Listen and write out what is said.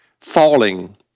falling